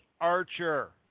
Archer